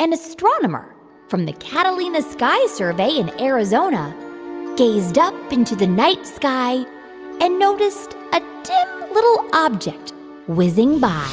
an astronomer from the catalina sky survey in arizona gazed up into the night sky and noticed a dim little object whizzing by